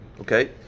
okay